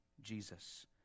Jesus